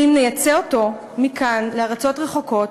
אם נייצא אותו מכאן לארצות רחוקות,